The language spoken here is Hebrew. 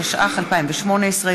התשע"ח 2018,